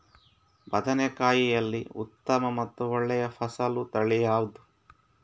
ಬದನೆಕಾಯಿಯಲ್ಲಿ ಉತ್ತಮ ಮತ್ತು ಒಳ್ಳೆಯ ಫಸಲು ತಳಿ ಯಾವ್ದು?